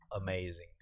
amazing